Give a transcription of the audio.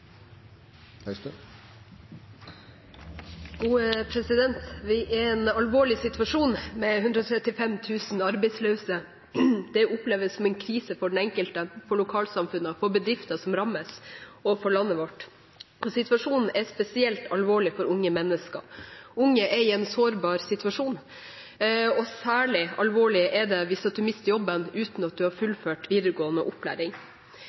en alvorlig situasjon med 135 000 arbeidsløse. Det oppleves som en krise for den enkelte, for lokalsamfunnene, for bedriftene som rammes, og for landet vårt. Situasjonen er spesielt alvorlig for unge mennesker. Unge er i en sårbar situasjon, og særlig alvorlig er det hvis man mister jobben uten å ha fullført videregående opplæring.